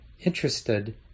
interested